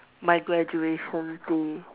my graduation day